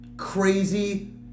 crazy